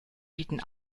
bieten